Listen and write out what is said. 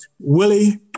Willie